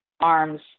arms